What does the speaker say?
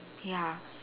ya